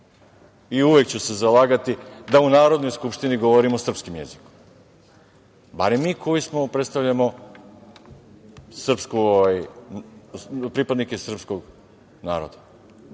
ću se zalagati da u Narodnoj skupštini govorimo srpskim jezikom, barem mi koji predstavljamo pripadnike srpskog naroda.